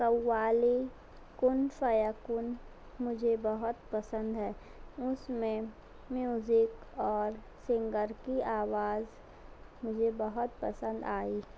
قوالی کن فیکن مجھے بہت پسند ہے اس میں میوزک اور سنگر کی آواز مجھے بہت پسند آئی